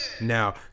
now